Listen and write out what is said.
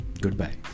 goodbye